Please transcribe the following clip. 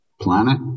Planet